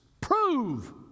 Prove